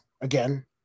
again